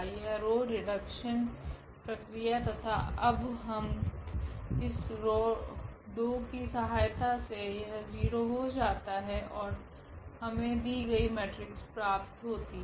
यह row reduction प्रक्रिया तथा अब हम इस रॉ 2 की सहायता से यह 0 हो जाता है ओर हमे दि गई मेट्रिक्स प्राप्त होती है